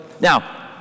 Now